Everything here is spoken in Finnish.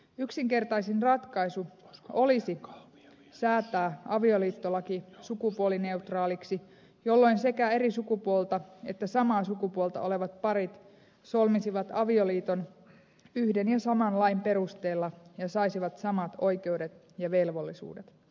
yksinkertaisin ratkaisu olisi säätää avioliittolaki sukupuolineutraaliksi jolloin sekä eri sukupuolta että samaa sukupuolta olevat parit solmisivat avioliiton yhden ja saman lain perusteella ja saisivat samat oikeudet ja velvollisuudet